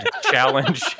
challenge